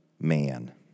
man